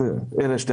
של היישובים.